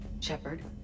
Shepard